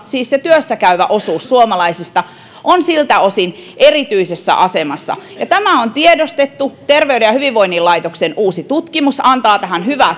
siis se työssä käyvä osuus suomalaisista on siltä osin erityisessä asemassa ja tämä on tiedostettu terveyden ja hyvinvoinnin laitoksen uusi tutkimus antaa tähän hyvää